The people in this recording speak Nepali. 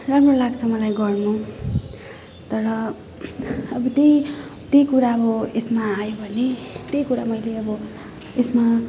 राम्रो लाग्छ मलाई गर्न तर अब त्यही त्यही कुरा अब यसमा आयो भने त्यही कुरा मैले अब यसमा